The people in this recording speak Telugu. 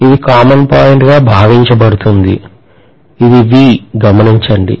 ఇది కామన్ గా భావించబడుతుంది ఇది V గమనించండి